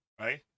right